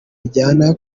bijyana